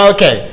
Okay